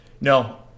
No